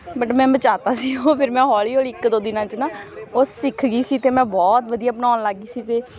but ਮੈਂ ਮਚਾ ਤਾ ਸੀ ਉਹ ਫਿਰ ਮੈਂ ਹੌਲੀ ਹੌਲੀ ਇੱਕ ਦੋ ਦਿਨਾਂ 'ਚ ਨਾ ਉਹ ਸਿੱਖ ਗਈ ਸੀ ਅਤੇ ਮੈਂ ਬਹੁਤ ਵਧੀਆ ਬਣਾਉਣ ਲੱਗ ਗਈ ਸੀ ਅਤੇ